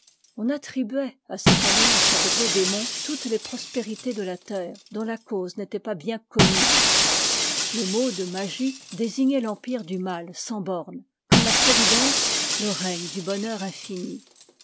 on attribuait à cette alliance avec le démon toutes les prospérités de ja térre dont là cause n'était pas bien connue le mot de magie désignait l'empire du mal sans bornes comme laprovidence le règne du bonheur